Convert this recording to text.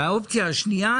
האופציה השנייה,